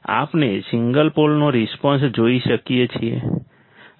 આપણે સિંગલ પોલનો રિસ્પોન્સ જોઈ શકીએ છીએ